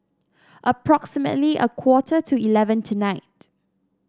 approximately a quarter to eleven tonight